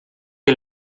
che